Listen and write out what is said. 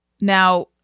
Now